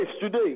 today